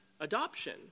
adoption